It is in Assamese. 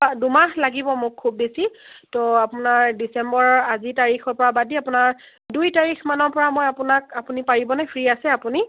দুমাহ লাগিব মোক খুব বেছি ত' আপোনাৰ ডিচেম্বৰৰ আজি তাৰিখৰ পৰা বাদ দি আপোনাৰ দুই তাৰিখমানৰ পৰা মই আপোনাক আপুনি পাৰিবনে ফ্ৰী আছে আপুনি